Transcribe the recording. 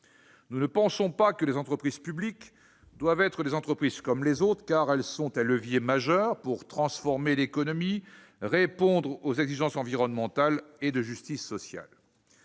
nous ne pensons pas que les entreprises publiques doivent être des entreprises comme les autres, car elles sont un levier majeur pour transformer l'économie et répondre aux exigences en matière d'environnement et de justice sociale.